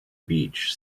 beach